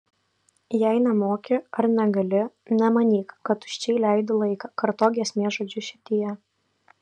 jei nemoki ar negali nemanyk kad tuščiai leidi laiką kartok giesmės žodžius širdyje